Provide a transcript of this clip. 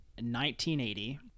1980